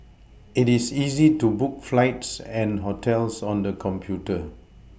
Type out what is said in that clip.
it is easy to book flights and hotels on the computer